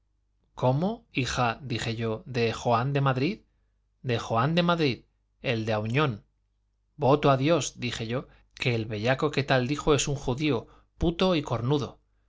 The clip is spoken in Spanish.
cómo hija dije yo de joan de madrid de joan de madrid el de auñón voto a dios dije yo que el bellaco que tal dijo es un judío puto y cornudo